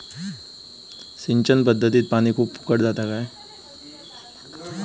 सिंचन पध्दतीत पानी खूप फुकट जाता काय?